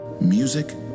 music